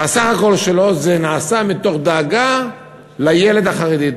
בסך הכול שלו זה נעשה מתוך דאגה לילד החרדי,